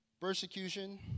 persecution